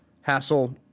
Hassle